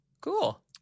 Cool